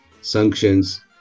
sanctions